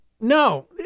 no